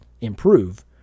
improve